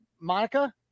Monica